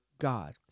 God